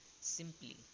simply